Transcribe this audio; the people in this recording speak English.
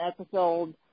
episode